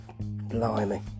Blimey